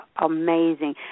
Amazing